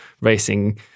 racing